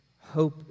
hope